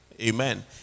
Amen